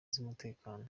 z’umutekano